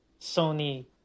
Sony